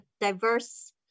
diverse